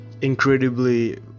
incredibly